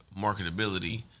marketability